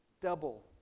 double